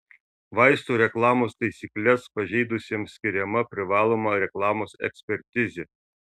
vaistų reklamos taisykles pažeidusiesiems skiriama privaloma reklamos ekspertizė